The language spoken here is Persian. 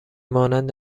مانند